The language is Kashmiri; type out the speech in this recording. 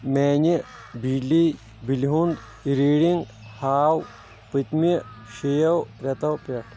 میانہِ بِجلی بِلہِ ہُنٛد ریٖڈنگ ہاو پٔتمہِ شیٚیو رٮ۪تو پٮ۪ٹھ